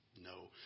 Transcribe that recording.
No